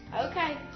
Okay